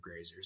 grazers